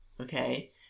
Okay